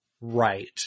right